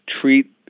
treat